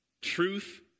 truth